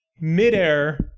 Midair